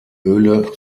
öle